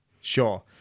Sure